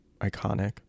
iconic